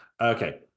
Okay